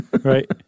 Right